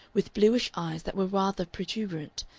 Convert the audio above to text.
with bluish eyes that were rather protuberant,